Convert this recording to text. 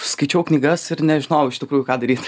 skaičiau knygas ir nežinojau iš tikrųjų ką daryt